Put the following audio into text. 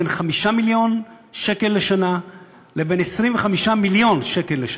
נע בין 5 מיליון שקל לשנה לבין 25 מיליון שקל לשנה.